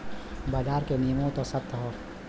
बाजार के नियमों त सख्त हौ